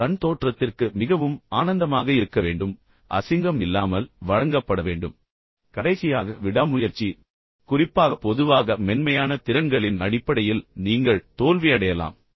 இது கண் தோற்றத்திற்கு மிகவும் ஆனந்தமாக இருக்க வேண்டும் அசிங்கம் இல்லாமல் வழங்கப்பட வேண்டும் கடைசியாக விடாமுயற்சி குறிப்பாக பொதுவாக மென்மையான திறன்களின் அடிப்படையில் நீங்கள் தோல்வியடையலாம்